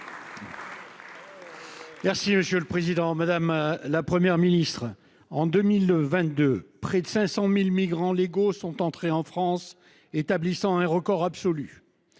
Merci monsieur le président, madame, la Première ministre en 2022, près de 500.000 migrants légaux sont entrés en France établissant un record absolu.